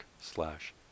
slash